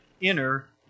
inner